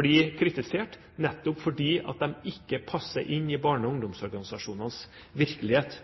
blir kritisert, nettopp fordi de ikke passer inn i barne- og ungdomsorganisasjonenes virkelighet.